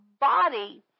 body